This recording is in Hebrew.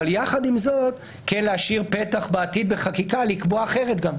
אבל יחד עם זאת כן להשאיר פתח בעתיד בחקיקה לקבוע גם אחרת.